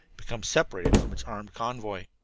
become separated from its armed convoy.